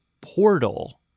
portal